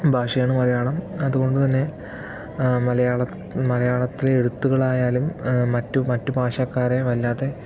ഭാഷയാണ് മലയാളം അതുകൊണ്ടുതന്നെ മലയാള മലയാളത്തിലെ എഴുത്തുകളായാലും മറ്റു മറ്റു ഭാഷക്കാരെയും അല്ലാതെ